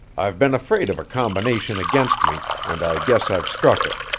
i've been afraid of a combination against me, and i guess i've struck it.